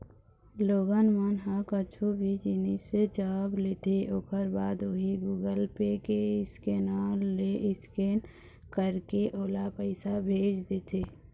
लोगन मन ह कुछु भी जिनिस जब लेथे ओखर बाद उही गुगल पे के स्केनर ले स्केन करके ओला पइसा भेज देथे